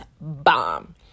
bomb